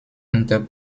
unter